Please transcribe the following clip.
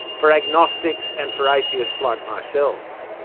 for agnostics and for atheists like myself.